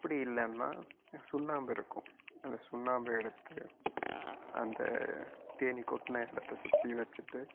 அப்படி இல்லைன்னா சுண்ணாம்பு இருக்கும் அந்த சுண்ணாம்பை எடுத்து அந்த தேனீ கொட்டின இடத்த சுற்றி வைச்சிட்டு